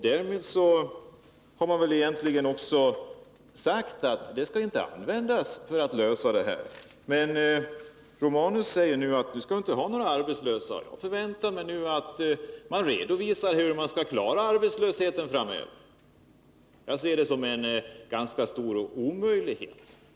Därmed har man väl egentligen också sagt att arbetstidsförkortningen inte skall användas för att lösa arbetslöshetsproblemet. Eftersom vi enligt Gabriel Romanus inte skall ha någon arbetslöshet väntar jag mig nu att man redovisar hur man skall klara sysselsättningen framöver. Jag ser det som ganska omöjligt.